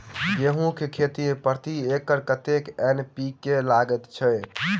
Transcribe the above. गेंहूँ केँ खेती मे प्रति एकड़ कतेक एन.पी.के लागैत अछि?